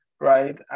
right